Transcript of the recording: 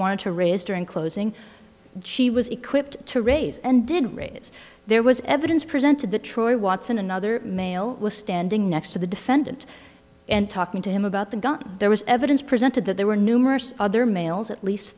wanted to raise during closing she was equipped to raise and did raise there was evidence presented the troy watson another male was standing next to the defendant and talking to him about the gun there was evidence presented that there were numerous other males at least